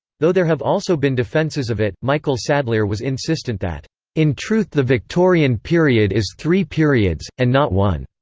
though there have also been defences of it michael sadleir was insistent that in truth the victorian period is three periods, and not one.